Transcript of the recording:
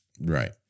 Right